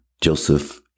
Joseph